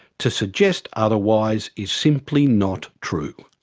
to suggest otherwise is simply not true.